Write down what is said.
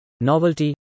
novelty